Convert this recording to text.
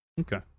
Okay